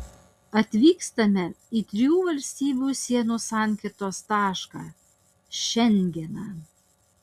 atvykstame į trijų valstybių sienų sankirtos tašką šengeną